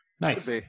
Nice